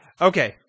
Okay